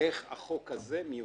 איך החוק הזה מיושם?